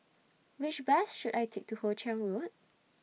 Which Bus should I Take to Hoe Chiang Road